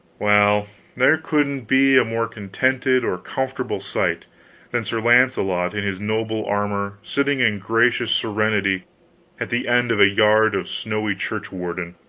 well, there couldn't be a more contented or comfortable sight than sir launcelot in his noble armor sitting in gracious serenity at the end of a yard of snowy church-warden.